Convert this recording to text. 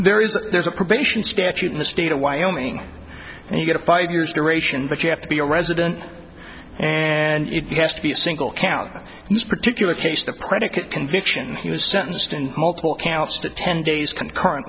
there is there's a probation statute in the state of wyoming and you get a five years duration but you have to be a resident and it gets to be a single count in this particular case the predicate conviction he was sentenced in multiple counts to ten days concurrent